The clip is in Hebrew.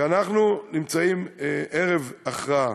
ואנחנו נמצאים ערב הכרעה.